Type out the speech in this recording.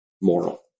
moral